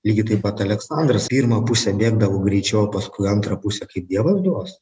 lygiai taip pat aleksandras pirmą pusę bėgdavo greičiau o paskui antrą pusę kaip dievas duos